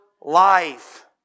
life